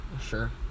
Sure